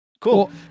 Cool